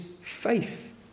faith